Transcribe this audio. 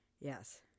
yes